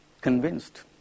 convinced